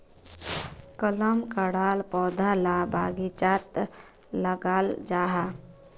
कलम कराल पौधा ला बगिचात लगाल जाहा